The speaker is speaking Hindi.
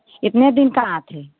इतने दिन कहाँ थे